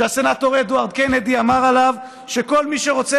שהסנטור אדוארד קנדי אמר עליו שכל מי שרוצה